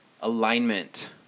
alignment